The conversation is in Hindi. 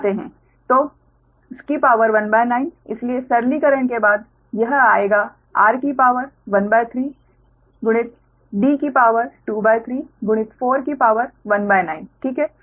तो शक्ति 19 इसलिए सरलीकरण के बाद यह आएगा 13 23 19 ठीक